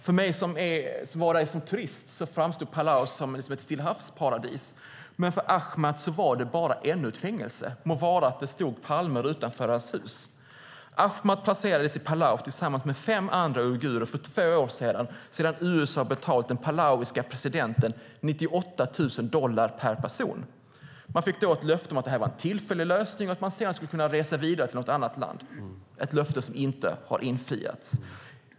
För mig som var där som turist framstod Palau som ett Stillahavsparadis, men för Ahmat var det bara ännu ett fängelse, må vara att det stod palmer utanför hans hus. Ahmat placerades i Palau tillsammans med fem andra uigurer för två år sedan, efter att USA betalat den palauiske presidenten 98 000 dollar per person. De fick då löfte om att det var en tillfällig lösning och att de sedan skulle kunna resa vidare till något annat land. Det löftet har inte infriats.